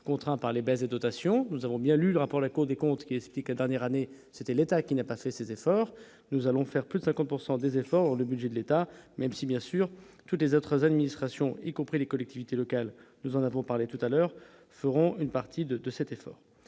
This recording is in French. contraints par les baisses de dotations, nous avons bien lu le rapport, la Cour des comptes qui expliquait dernières années c'était l'État qui n'a pas fait ses efforts, nous allons faire plus de 50 pourcent des des efforts, le budget de l'État même si, bien sûr, toutes les autres administrations, y compris les collectivités locales, nous en avons parlé tout à l'heure, feront une partie de de cet effort,